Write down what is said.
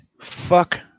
fuck